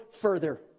further